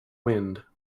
wind